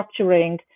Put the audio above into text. structuring